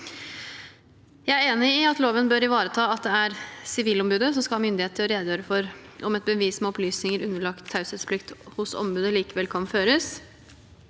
Jeg er enig i at loven bør ivareta at det er Sivilombudet som skal ha myndighet til å redegjøre for om et bevis med opplysninger underlagt taushetsplikt hos ombudet likevel kan føres.